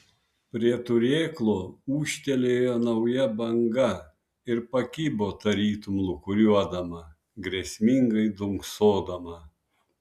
prie turėklo ūžtelėjo nauja banga ir pakibo tarytum lūkuriuodama grėsmingai dunksodama